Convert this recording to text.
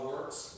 works